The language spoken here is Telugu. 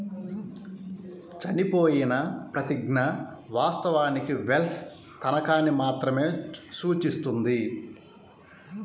చనిపోయిన ప్రతిజ్ఞ, వాస్తవానికి వెల్ష్ తనఖాని మాత్రమే సూచిస్తుంది